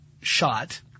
shot